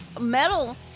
Metal